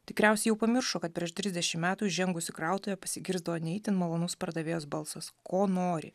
tikriausiai jau pamiršo kad prieš trisdešim metų įžengus į krautuvę pasigirsdavo ne itin malonus pardavėjos balsas ko nori